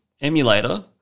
emulator